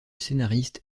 scénariste